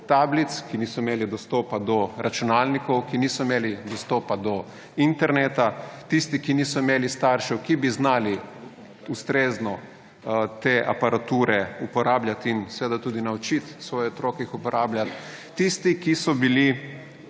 tablic, ki niso imeli dostopa do računalnikov, ki niso imeli dostopa do interneta, tisti, ki niso imeli staršev, ki bi znali ustrezno te aparature uporabljati in seveda tudi naučiti svoje otroke jih uporabljali, tisti, ki so bili